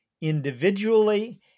individually